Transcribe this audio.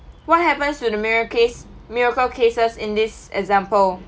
what happens to the mira~ case miracle cases in this example